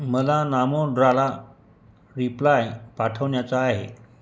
मला नामोर्द्राला रिप्लाय पाठवण्याचा आहे